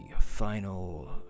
final